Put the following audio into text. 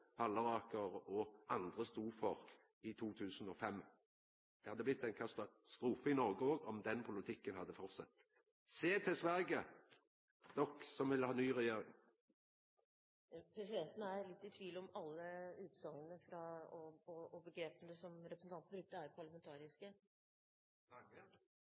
Halleraker og andre stod for i 2005. Det hadde blitt ein katastrofe i Noreg òg, om den politikken hadde fortsett. Sjå til Sverige, de som vil ha ny regjering. Presidenten er i tvil om alle utsagnene og begrepene som representanten brukte, er parlamentariske.